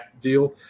deal